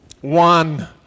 one